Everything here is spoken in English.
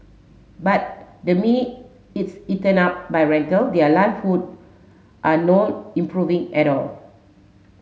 but the minute it's eaten up by rental their livelihood are not improving at all